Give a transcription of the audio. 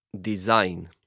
Design